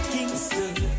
Kingston